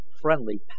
friendly